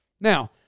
Now